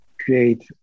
create